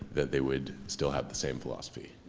that they would still have the same philosophy?